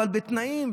אבל בתנאים,